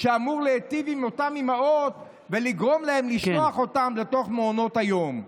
שאמורים להיטיב עם אותן אימהות ולגרום להן לשלוח אותם למעונות היום.